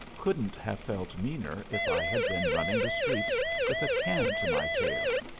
couldn't have felt meaner if i had been running the streets with a can to my tail.